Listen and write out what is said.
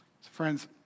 Friends